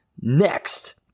Next